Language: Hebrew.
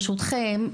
ברשותכם,